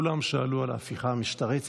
כולם שאלו על ההפיכה המשטרית,